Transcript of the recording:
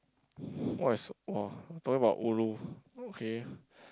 what is !wah! talking about ulu okay